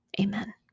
Amen